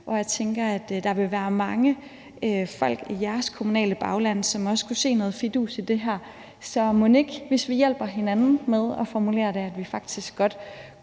og jeg tænker, at der vil være mange folk i jeres kommunale bagland, som også vil kunne se fidusen i det her. Så mon ikke, hvis vi hjælper hinanden med at formulere det, vi faktisk godt